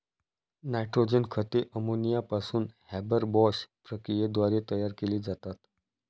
nitrogen खते ammonia पासून Haber Bosch प्रक्रियेद्वारे तयार केली जातात